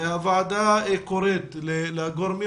הוועדה קוראת לגורמים